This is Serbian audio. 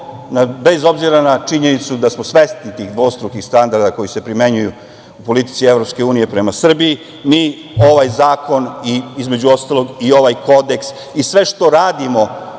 bez obzira na činjenicu da smo svesni tih dvostrukih standarda koji se primenjuju u politici EU prema Srbiji, mi ovaj zakon i, između ostalog, i ovaj Kodeks i sve što radimo